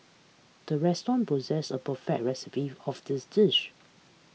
the restaurant possesses a perfect recipe of this dish